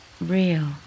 Real